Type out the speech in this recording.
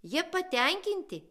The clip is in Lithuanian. jie patenkinti